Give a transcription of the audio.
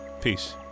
Peace